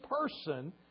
person